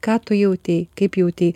ką tu jautei kaip jautei